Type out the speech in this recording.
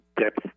depth